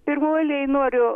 pirmoj eilėj noriu